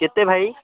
କେତେ ଭାଇ